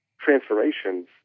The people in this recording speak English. transformations